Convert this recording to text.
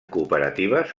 cooperatives